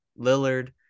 Lillard